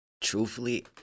truthfully